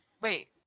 wait